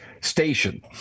Station